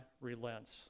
relents